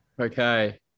Okay